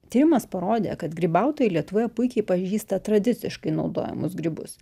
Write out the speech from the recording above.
tyrimas parodė kad grybautojai lietuvoje puikiai pažįsta tradiciškai naudojamus grybus